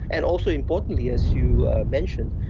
and also importantly, as you mentioned,